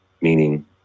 meaning